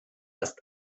ist